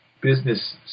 business